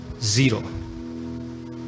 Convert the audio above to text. Zero